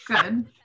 good